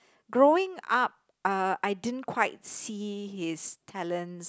growing up uh I didn't quite see his talents